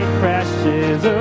crashes